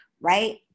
right